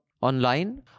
online